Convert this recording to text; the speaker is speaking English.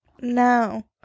now